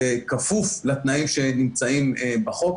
בכפוף לתנאים שנמצאים בחוק.